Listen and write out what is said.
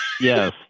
Yes